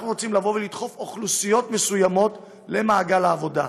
אנחנו רוצים לדחוף קבוצות אוכלוסייה מסוימות למעגל העבודה.